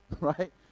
Right